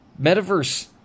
Metaverse